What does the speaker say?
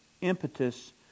impetus